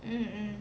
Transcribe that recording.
mmhmm